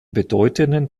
bedeutenden